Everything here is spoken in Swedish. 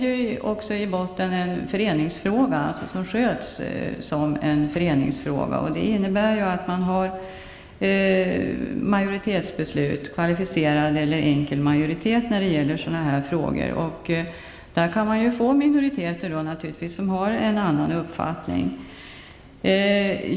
Men detta är i botten en föreningsfråga som skall hanteras som en sådan, vilket innebär att det krävs majoritetsbeslut med kvalificerad eller enkel majoritet när det gäller frågor av den här typen. Det kan då naturligtvis finnas en minoritet som har en annan uppfattning.